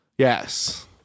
Yes